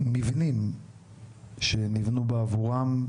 במבנים שנבנו בעבורם,